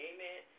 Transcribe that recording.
Amen